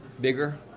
bigger